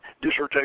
dissertation